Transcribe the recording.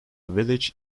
village